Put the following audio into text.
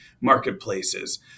marketplaces